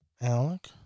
Alec